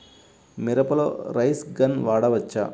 మిరపలో rain gun వాడవచ్చా?